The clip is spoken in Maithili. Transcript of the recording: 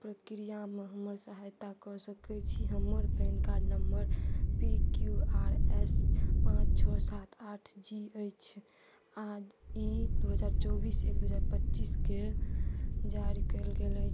प्रक्रियामे हमर सहायता कऽ सकै छी हमर PAN card number P Q R S पाँच छओ सात आठ जी अछि आओर ई दुइ हजार चौबिस एक पचीसके जारी कएल गेल अछि